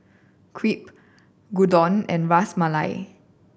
Crepe Gyudon and Ras Malai